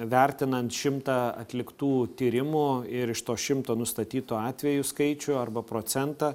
vertinant šimtą atliktų tyrimų ir iš to šimto nustatytų atvejų skaičių arba procentą